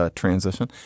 transition